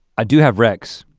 i do have wrecks.